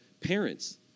Parents